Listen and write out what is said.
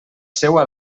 seua